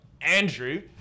Andrew